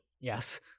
Yes